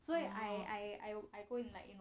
so I I I I go in like you know